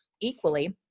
equally